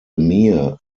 mir